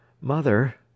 Mother